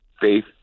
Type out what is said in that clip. faith